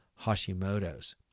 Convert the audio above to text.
Hashimoto's